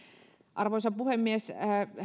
arvoisa puhemies